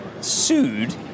sued